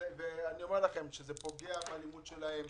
אני אומר לכם שזה פוגע בלימוד שלהם.